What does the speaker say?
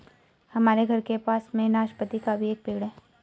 हमारे घर के पास में नाशपती का भी एक पेड़ है